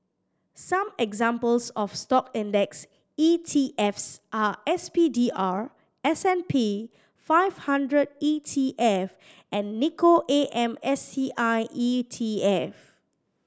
some examples of Stock index ETFs are S P D R S and P five hundred E T F and Nikko A M S T I E T F